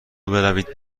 بروید